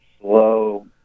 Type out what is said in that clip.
slow